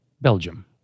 Belgium